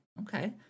Okay